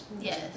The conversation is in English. Yes